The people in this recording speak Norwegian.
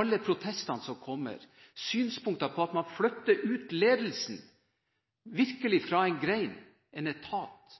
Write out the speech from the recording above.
alle protestene som kommer, synspunkter på at man flytter ut ledelsen fra en gren, en etat.